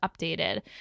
updated